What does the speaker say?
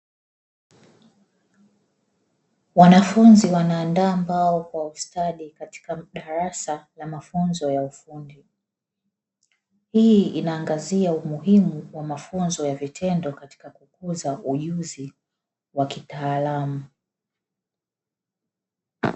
Wanafunzi wana andaa mbao kwa ustadi katika darasa za mafunzo ya ufundi, hii inaangazia umuhimu wa mafunzo ya vitendo katika kukuza ujuzi wa kitaalamu.